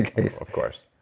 in case of course.